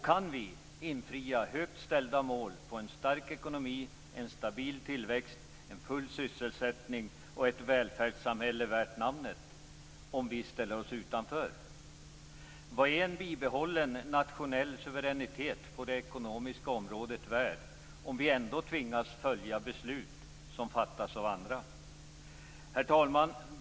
Kan vi infria högt ställda mål vad gäller en stark ekonomi, en stabil tillväxt, full sysselsättning och ett välfärdssamhälle värt namnet, om vi ställer oss utanför? Vad är en bibehållen nationell suveränitet på det ekonomiska området värd, om vi ändå tvingas följa beslut som fattas av andra? Herr talman!